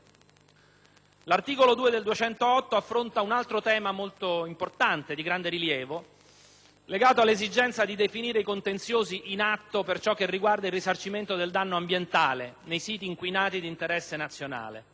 L'articolo 2 del decreto affronta un altro tema di grande rilievo, legato all'esigenza di definire i contenziosi in atto per ciò che riguarda il risarcimento del danno ambientale nei siti inquinati d'interesse nazionale.